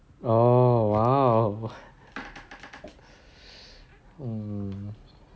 oh !wow! mm